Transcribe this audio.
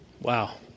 Wow